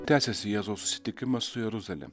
tęsiasi jėzaus susitikimas su jeruzale